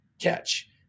catch